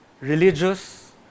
religious